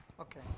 Okay